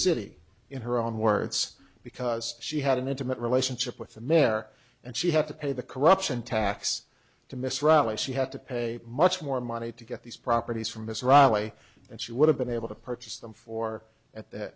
city in her own words because she had an intimate relationship with the mayor and she had to pay the corruption tax to miss reilly she had to pay much more money to get these properties from mr riley and she would have been able to purchase them for at th